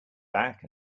back